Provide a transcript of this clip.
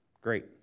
Great